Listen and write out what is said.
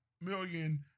million